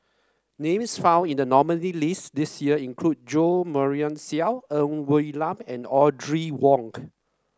names found in the nominee list this year include Jo Marion Seow Ng Woon Lam and Audrey Wonk